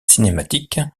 cinématiques